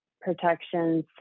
protections